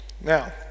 Now